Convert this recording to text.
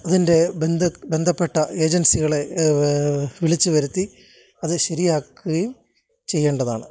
അതിൻ്റെ ബന്ധ് ബന്ധപ്പെട്ട ഏജൻസികളെ വിളിച്ചുവരുത്തി അത് ശരിയാക്കുകയും ചെയ്യേണ്ടതാണ്